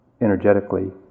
energetically